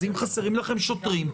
אז אם חסרים לכם שוטרים,